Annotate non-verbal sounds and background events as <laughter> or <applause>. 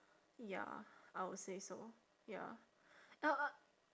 ya I would say so ya <noise>